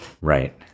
Right